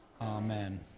Amen